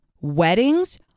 weddings